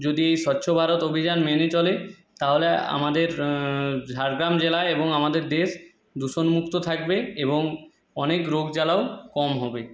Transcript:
যদি এই স্বচ্ছ ভারত অভিযান মেনে চলে তাহলে আমাদের ঝাড়গ্রাম জেলায় এবং আমাদের দেশ দূষণমুক্ত থাকবে এবং অনেক রোগ জ্বালাও কম হবে